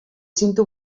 cinto